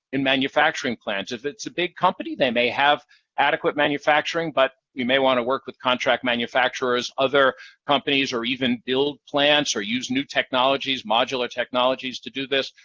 in manufacturing plants? if it's a big company, they may have adequate manufacturing, but we may want to work with contract manufacturers, other companies, or even build plants or use new technologies, modular technologies to do this.